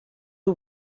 who